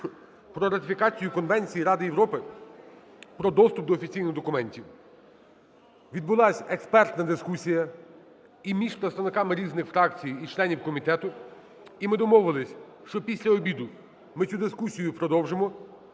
про ратифікацію Конвенції Ради Європи про доступ до офіційних документів. Відбулася експертна дискусія і між представниками різних фракцій і членів комітету. І ми домовилися, що після обіду ми цю дискусію продовжимо